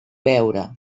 veure